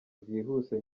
byihuse